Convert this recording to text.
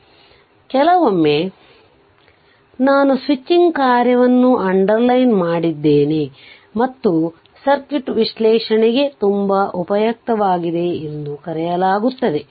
ಆದ್ದರಿಂದ ಕೆಲವೊಮ್ಮೆ ನಾನು ಸ್ವಿಚಿಂಗ್ ಕಾರ್ಯವನ್ನು ಅಂಡರ್ಲೈನ್ ಮಾಡಿದ್ದೇನೆ ಮತ್ತು ಸರ್ಕ್ಯೂಟ್ ವಿಶ್ಲೇಷಣೆಗೆ ತುಂಬಾ ಉಪಯುಕ್ತವಾಗಿದೆ ಎಂದು ಕರೆಯಲಾಗುತ್ತದೆ